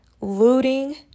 looting